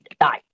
Die